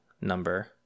number